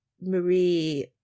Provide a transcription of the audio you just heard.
Marie